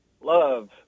love